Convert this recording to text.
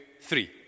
three